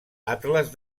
atles